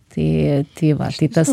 tai tai va tai tas